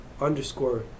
underscore